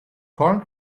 corn